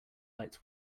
lights